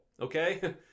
okay